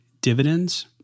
dividends